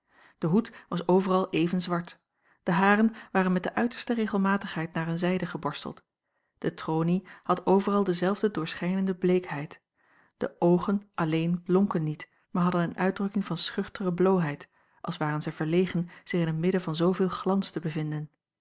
de hoed was overal even zwart de haren waren met de uiterste regelmatigheid naar eene zijde geborsteld de tronie had overal dezelfde doorschijnende bleekheid de oogen alleen blonken niet maar hadden een uitdrukking van schuchtere bloôheid als waren zij verlegen zich in t midden van zooveel glans te bevinden